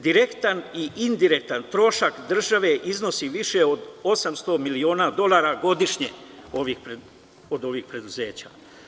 Direktan i indirektan trošak države iznosi više od 800 miliona dolara godišnje od ovih preduzeća.